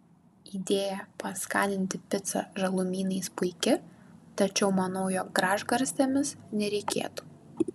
idėja paskaninti picą žalumynais puiki tačiau manau jog gražgarstėmis nereikėtų